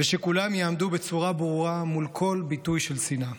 ושכולם יעמדו בצורה ברורה מול כל ביטוי של שנאה.